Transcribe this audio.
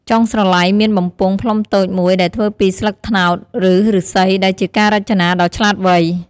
ចុងស្រឡៃមានបំពង់ផ្លុំតូចមួយដែលធ្វើពីស្លឹកត្នោត ឬឫស្សី ដែលជាការរចនាដ៏ឆ្លាតវៃ។